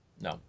No